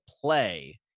play